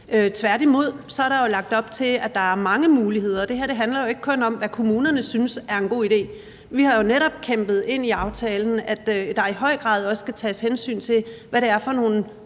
Tværtimod er der jo lagt op til, at der er mange muligheder. Det her handler jo ikke kun om, hvad kommunerne synes er en god idé. Vi har jo netop kæmpet ind i aftalen, at der i høj grad også skal tages hensyn til, hvad det er for nogle